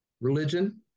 religion